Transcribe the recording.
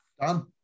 done